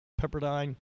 Pepperdine